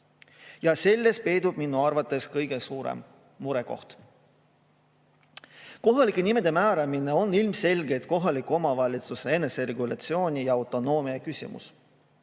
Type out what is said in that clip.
Ja selles peitub minu arvates kõige suurem murekoht. Kohalike nimede määramine on ilmselgelt kohaliku omavalitsuse eneseregulatsiooni ja autonoomia küsimus.